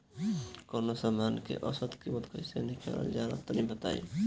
कवनो समान के औसत कीमत कैसे निकालल जा ला तनी बताई?